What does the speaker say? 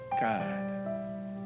God